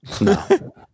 No